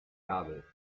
gabel